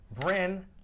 Bryn